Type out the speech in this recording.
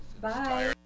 Bye